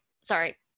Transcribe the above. sorry